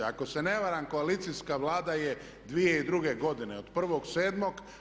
Ako se ne varam koalicijska Vlada je 2002. godine od 1.07.